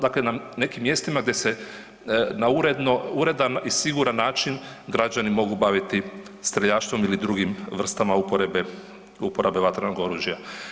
Dakle, na nekim mjestima gdje se na uredno, uredan i siguran način građani mogu baviti streljaštvom ili drugim vrstama uporebe, uporabe vatrenog oružja.